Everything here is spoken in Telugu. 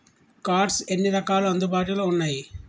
కార్డ్స్ ఎన్ని రకాలు అందుబాటులో ఉన్నయి?